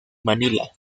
manila